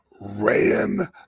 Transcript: ran